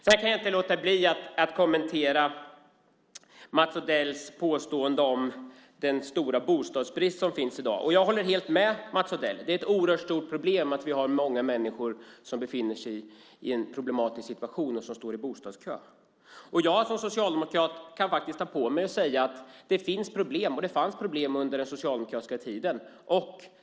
Sedan kan jag inte låta bli att kommentera det som Mats Odell sade om den stora bostadsbrist som råder i dag. Jag håller helt med Mats Odell, det är ett stort problem att många människor befinner sig i en problematisk situation och står i bostadskö. Jag som socialdemokrat kan ta på mig det och säga att det finns problem, och det fanns problem även under den socialdemokratiska tiden.